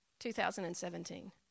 2017